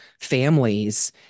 families